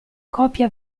coppia